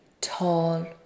tall